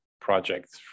projects